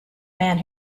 man